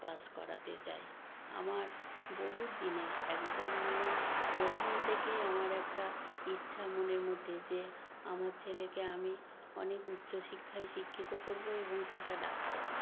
pass করতে চাই আমার বহুত দিনের একদম মানে প্রথম থেকেই আমার একটা ইচ্ছা মনের মধ্যে যে আমার ছেলেকে আমি অনেক উচ্চ শিক্ষায় শিক্ষিত করবো এবং সেটা ডাক্তারি